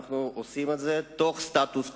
אנחנו עושים את זה בשמירה על הסטטוס-קוו.